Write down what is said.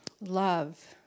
love